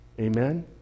Amen